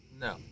No